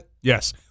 Yes